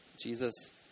Jesus